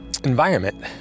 environment